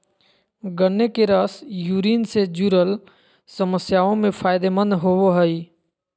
गन्ने के रस यूरिन से जूरल समस्याओं में फायदे मंद होवो हइ